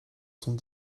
sont